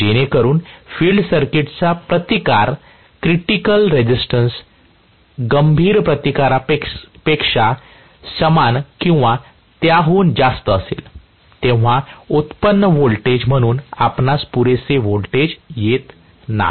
जेणेकरून फील्ड सर्किटचा प्रतिकार क्रिटिकल रेसिस्टन्सगंभीर प्रतिकारापेक्षा समान किंवा त्याहून जास्त असेल तेव्हा व्युत्पन्न व्होल्टेज म्हणून आपणास पुरेसे व्होल्टेज येत नाही